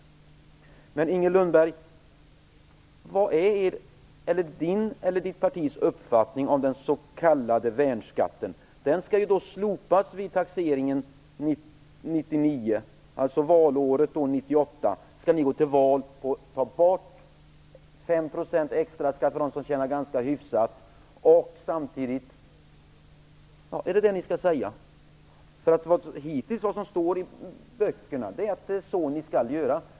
Vilken är Inger Lundbergs eller hennes partis uppfattning om den s.k. värnskatten? Den skall slopas vid taxeringen 1999, och Socialdemokraterna skall alltså 1998 gå till val på att ta bort 5 % i extra skatt för dem som tjänar ganska hyfsat. Är det vad ni skall säga i valrörelsen? Vad som hittills står i böckerna är att det är så ni skall göra.